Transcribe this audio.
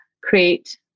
create